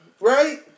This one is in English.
Right